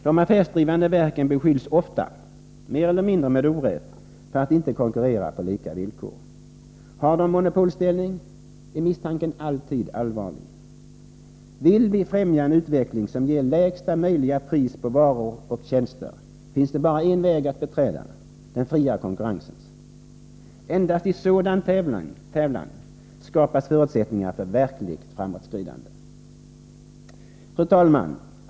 De affärsdrivande verken beskylls ofta, mer eller mindre med orätt, för att icke konkurrera på lika villkor. Har de monopolställning är misstanken alltid allvarlig. Vill vi främja en utveckling som ger lägsta möjliga pris på varor och tjänster, finns det bara en väg att beträda — den fria konkurrensens. Endast i sådan tävlan skapas förutsättningar för verkligt framåtskridande. Fru talman!